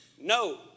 No